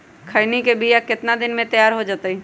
खैनी के बिया कितना दिन मे तैयार हो जताइए?